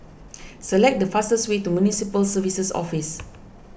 select the fastest way to Municipal Services Office